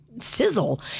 sizzle